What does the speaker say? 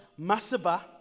Masaba